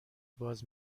باز